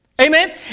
Amen